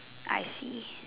I see